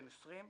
בן 20,